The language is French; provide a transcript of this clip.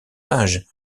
âge